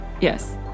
Yes